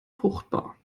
fruchtbar